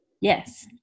Yes